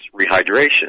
rehydration